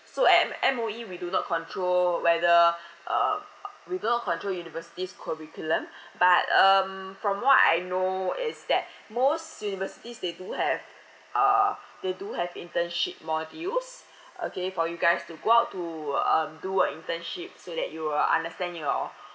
so at M M_O_E we do not control whether uh we do not control university's curriculum but um from what I know is that most universities they do have uh they do have internship modules okay for you guys to go out to um do an internship so that you'll understand your